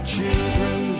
Children